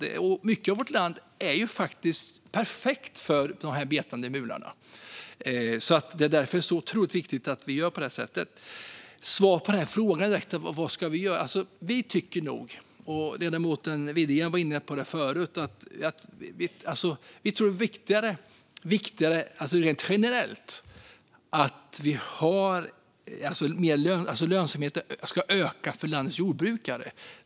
Stora delar av vårt land är perfekt för dessa betande mular. Det är därför det är så otroligt viktigt att vi gör så. Sedan var det frågan om vad vi ska göra. Vi tycker nog, och ledamoten Widegren var inne på detta tidigare, rent generellt att det är viktigare att lönsamheten ökar för landets jordbrukare.